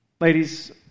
Ladies